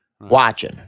watching